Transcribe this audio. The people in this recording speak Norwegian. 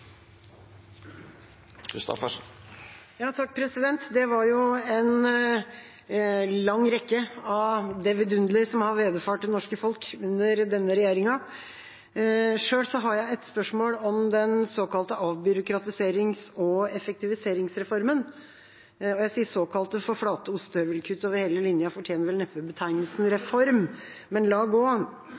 Det var en lang rekke av det vidunderlige som har vederfart det norske folket under denne regjeringa. Selv har jeg et spørsmål om den såkalte avbyråkratiserings- og effektiviseringsreformen. Jeg sier «såkalte» fordi flate ostehøvelkutt over hele linja neppe fortjener betegnelsen «reform» – men la gå.